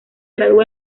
graduó